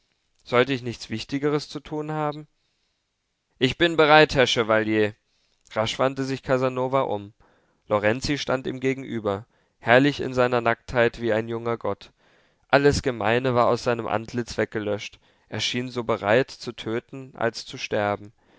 sollte ich nichts wichtigeres zu tun haben ich bin bereit herr chevalier rasch wandte sich casanova um lorenzi stand ihm gegenüber herrlich in seiner nacktheit wie ein junger gott alles gemeine war aus seinem antlitz weggelöscht er schien so bereit zu töten als zu sterben